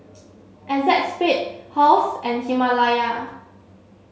ACEXSPADE Halls and Himalaya